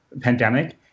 pandemic